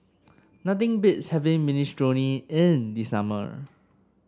nothing beats having Minestrone in the summer